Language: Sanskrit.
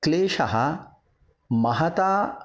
क्लेषः महता